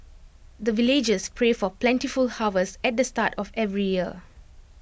the villagers pray for plentiful harvest at the start of every year